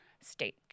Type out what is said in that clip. state